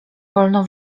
wolno